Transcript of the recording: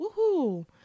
Woohoo